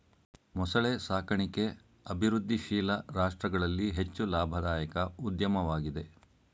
ಮೊಸಳೆ ಸಾಕಣಿಕೆ ಅಭಿವೃದ್ಧಿಶೀಲ ರಾಷ್ಟ್ರಗಳಲ್ಲಿ ಹೆಚ್ಚು ಲಾಭದಾಯಕ ಉದ್ಯಮವಾಗಿದೆ